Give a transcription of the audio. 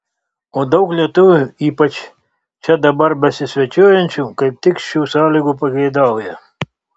o daug lietuvių ypač čia dabar besisvečiuojančių kaip tik šių sąlygų pageidauja